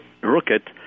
rocket